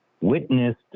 witnessed